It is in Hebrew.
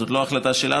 זאת לא החלטה שלנו.